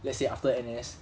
let's say after N_S